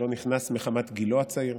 שלא נכנס מחמת גילו הצעיר.